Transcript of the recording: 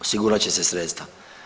Osigurat će se sredstva.